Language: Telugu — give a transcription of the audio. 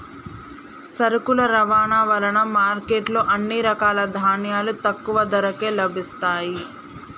సరుకుల రవాణా వలన మార్కెట్ లో అన్ని రకాల ధాన్యాలు తక్కువ ధరకే లభిస్తయ్యి